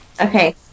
Okay